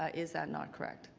ah is that not correct?